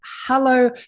Hello